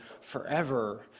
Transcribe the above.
forever